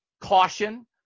caution